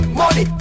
money